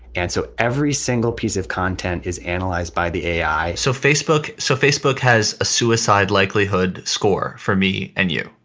and so every single piece of content is analyzed by the a so facebook. so facebook has a suicide likelihood score for me and you?